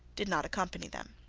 did not accompany them.